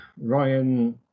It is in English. Ryan